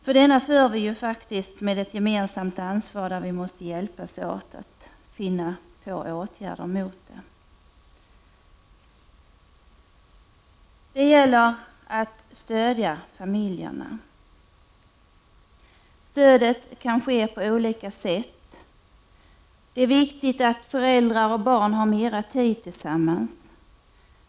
Den kampen för vi faktiskt med ett gemensamt ansvar, och vi måste hjälpas åt att finna lämpliga åtgärder. Det gäller att stödja familjerna. Stödet kan ges på olika sätt. Det är viktigt att föräldrar och barn får mer tid tillsammans.